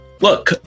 Look